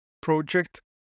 project